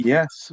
Yes